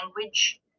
language